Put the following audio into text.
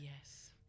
yes